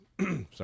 sorry